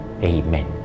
Amen